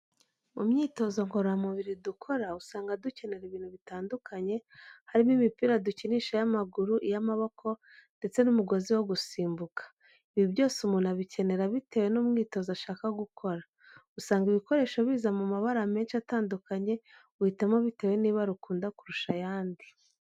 Mu myitoza ngororamubiri dukora, usanga dukenera ibintu bitandukanye, harimo imipira dukinisha y'amaguru, iy'amaboko, ndetse n'umugozi wo gusimbuka. Ibi byose umuntu abikenera bitewe n'umwitozo ashaka gukora. Usanga ibikoresho biza mu mabara menshi atandukanye, uhitamo bitewe n'ibara ukunda kurusha ayandi.